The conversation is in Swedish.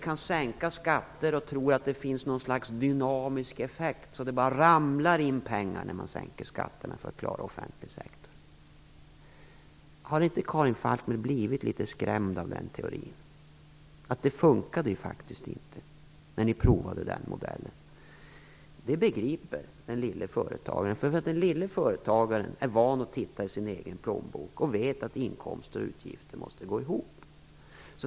Kan vi sänka skatter och tro att det finns någon sorts dynamisk effekt som gör att det bara ramlar in pengar för att klara den offentliga sektorn? Har inte Karin Falkmer blivit litet skrämd av den teorin? Det fungerade faktiskt inte när ni provade den modellen. Detta begriper den lille företagaren, för denne är van att titta i sin egen plånbok och vet att inkomster och utgifter måste gå ihop.